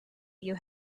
you